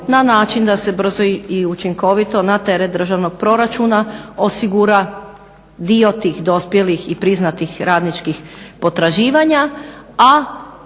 na način da se brzo i učinkovito na teret državnog proračuna osigura dio tih dospjelih i priznatih radničkih potraživanja,